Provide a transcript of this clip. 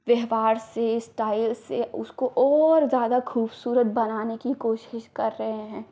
व्यवहार से स्टाइल से उसको और ज़्यादा ख़ूबसूरत बनाने की कोशिश कर रहे हैं